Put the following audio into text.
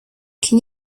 can